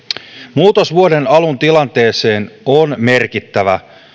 muutos vuoden alun tilanteeseen on merkittävä